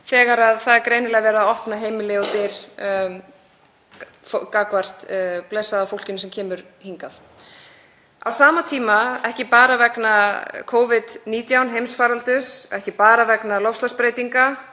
þegar það er greinilega verið að opna heimili og dyr fyrir blessaða fólkinu sem kemur hingað. Á sama tíma, ekki bara vegna Covid-19-heimsfaraldurs, ekki bara vegna loftslagsbreytinga